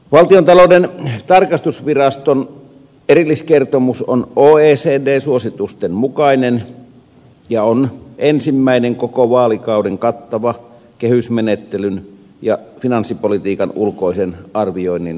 valtiontalouden tarkastusviraston erilliskertomus on oecdn suositusten mukainen ja on ensimmäinen koko vaalikauden kattava kehysmenettelyn ja finanssipolitiikan ulkoisen arvioinnin raportti